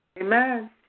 Amen